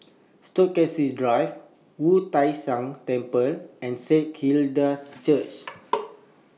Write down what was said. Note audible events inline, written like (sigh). Stokesay Drive Wu Tai Shan Temple and Saint Hilda's Church (noise)